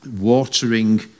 watering